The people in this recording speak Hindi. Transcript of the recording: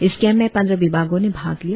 इस कैंप में पंद्रह विभागो ने भाग लिया